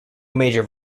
major